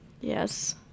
Yes